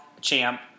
Champ